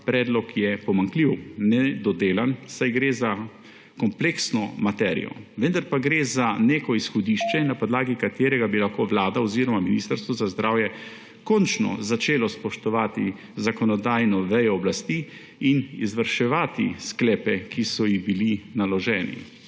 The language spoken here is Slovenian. predlog je pomanjkljiv, nedodelan, saj gre za kompleksno materijo, vendar pa gre za neko izhodišče, na podlagi katerega bi lahko Vlada oziroma Ministrstvo za zdravje končno začelo spoštovati zakonodajno vejo oblasti in izvrševati sklepe, ki so ji bili naloženi.